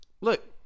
Look